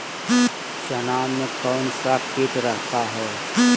चना में कौन सा किट रहता है?